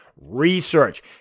Research